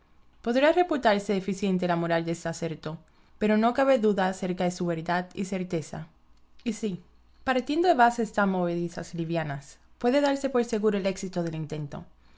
deficiente la moral de este aserto pero no cabe duda acerca de su verdad y certeza y si pareciendo base está movedizas y livianas puede darse por segur el éxito del intento